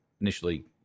initially